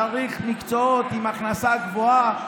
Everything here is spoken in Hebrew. צריך מקצועות עם הכנסה גבוהה,